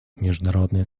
международное